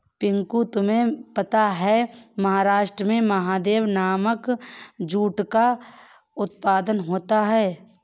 पिंटू तुम्हें पता है महाराष्ट्र में महादेव नामक जूट का उत्पादन होता है